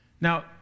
Now